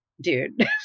dude